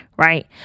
right